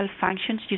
functions